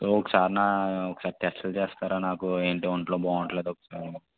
so ఒకసారి నా టెస్టులు చేస్తారా నాకు ఏంటి ఒంట్లో బాగుండటం లేదు అని